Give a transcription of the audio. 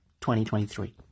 2023